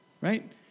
right